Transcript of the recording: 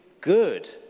good